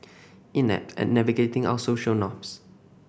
inept at navigating our social norms